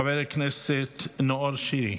חבר הכנסת נאור שירי,